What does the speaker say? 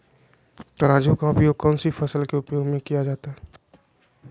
तराजू का उपयोग कौन सी फसल के उपज में किया जाता है?